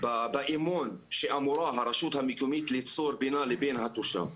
באמון שאמורה הרשות המקומית ליצור בינה לבין התושב.